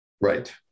Right